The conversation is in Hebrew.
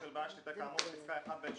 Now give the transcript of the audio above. של בנק, כאמור פסקה (1)(ב)(8)